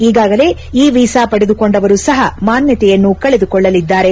ಈಗಾಗಲೇ e visa ಪಡೆದುಕೊಂಡವರು ಸಹ ಮಾನ್ಗತೆಯನ್ನು ಕಳೆದುಕೊಳ್ಳಲಿದ್ದಾರೆ